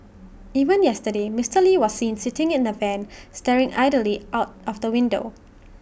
even yesterday Mister lee was seen sitting in the van staring idly out of the window